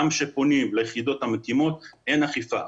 גם כשפונים ליחידות המתאימות, אין אכיפה.